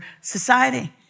society